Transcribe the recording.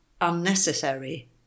unnecessary